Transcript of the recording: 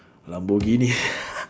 lamborghini